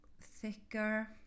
thicker